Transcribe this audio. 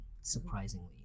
surprisingly